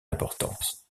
importance